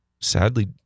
sadly